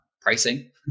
pricing